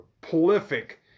prolific